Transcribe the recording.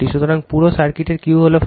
সুতরাং পুরো সার্কিটের Q হল 40